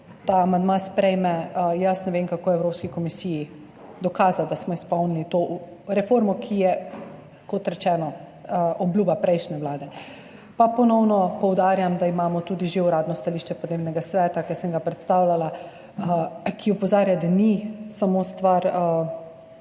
ta amandma sprejme, jaz ne vem, kako Evropski komisiji dokazati, da smo izpolnili to reformo, ki je, kot rečeno, obljuba prejšnje vlade. Pa ponovno poudarjam, da imamo tudi že uradno stališče Podnebnega sveta, ki sem ga predstavljala, ki opozarja, da ni samo stvar